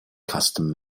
custom